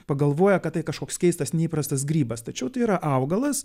pagalvoja kad tai kažkoks keistas neįprastas grybas tačiau tai yra augalas